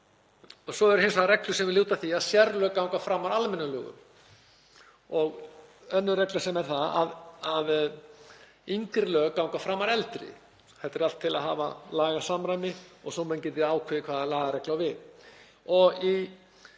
Svo eru hins vegar reglur sem lúta að því að sérlög ganga framar almennum lögum. Önnur regla er að yngri lög ganga framar eldri. Þetta er allt til að hafa lagasamræmi og svo menn geti ákveðið hvaða lagaregla á við.